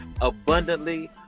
abundantly